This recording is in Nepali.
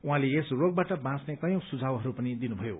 उहाँले यस रोगबाट बाँच्ने कयौं सुझावहरू पनि दिनुभयो